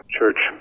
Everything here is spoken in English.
church